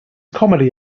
comedy